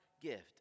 gift